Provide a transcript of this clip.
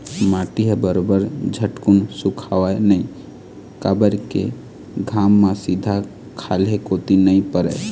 माटी ह बरोबर झटकुन सुखावय नइ काबर के घाम ह सीधा खाल्हे कोती नइ परय